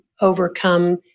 overcome